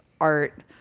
art